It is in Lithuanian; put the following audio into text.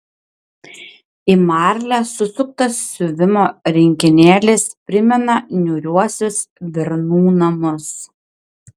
į marlę susuktas siuvimo rinkinėlis primena niūriuosius bernų namus